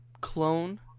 clone